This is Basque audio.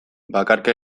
bakarka